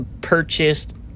purchased